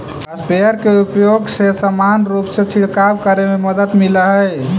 sprayer के उपयोग से समान रूप से छिडकाव करे में मदद मिलऽ हई